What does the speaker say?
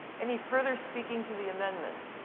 any further speaking to the amendment?